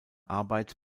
arbeit